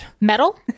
Metal